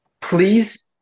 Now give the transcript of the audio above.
please